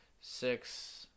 six